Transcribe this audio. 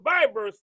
survivors